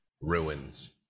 ruins